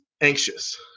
anxious